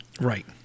Right